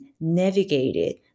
navigated